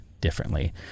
differently